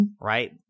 Right